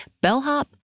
bellhop